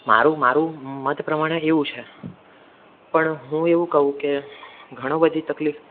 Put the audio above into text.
મારું મારું મત પ્રમાણે એવું છે પણ હું એવું કહું કે ઘણો બધી તકલીફ